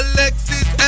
Alexis